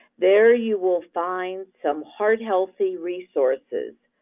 there you will find some heart healthy resources.